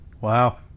Wow